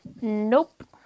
Nope